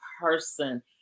person